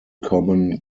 common